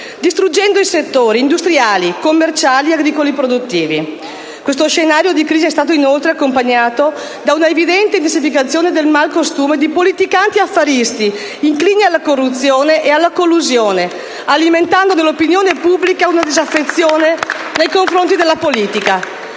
distruggendo i settori industriali, commerciali e agricoli produttivi. Questo scenario di crisi è stato, inoltre, accompagnato da una evidente intensificazione del mal costume di politicanti affaristi, inclini alla corruzione e alla collusione, alimentando nell'opinione pubblica una disaffezione nei confronti della politica.